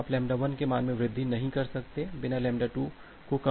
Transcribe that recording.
तो आप λ1 के मान में वृद्धि नहीं कर सकते बिना λ2 को कम किये